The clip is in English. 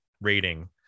rating